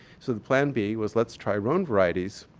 so, the plan b was let's try rhone varieties.